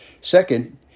Second